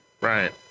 Right